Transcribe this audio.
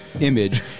image